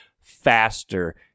faster